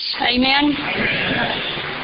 Amen